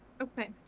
Okay